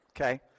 Okay